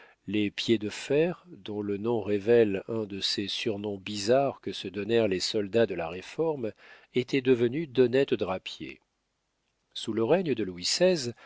les piédefer dont le nom révèle un de ces surnoms bizarres que se donnèrent les soldats de la réforme étaient devenus d'honnêtes drapiers sous le règne de louis